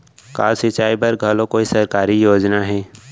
का सिंचाई बर घलो कोई सरकारी योजना हे?